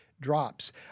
drops